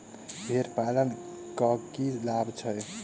भेड़ पालन केँ की लाभ छै?